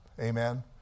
amen